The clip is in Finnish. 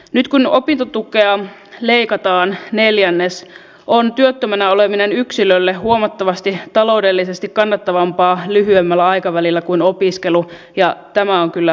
nyt kun opintotukea leikataan neljännes on työttömänä oleminen yksilölle huomattavasti taloudellisesti kannattavampaa lyhyemmällä aikavälillä kuin opiskelu ja tämä on kyllä huono tilanne